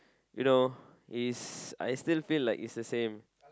you know he's I still feel like he's the same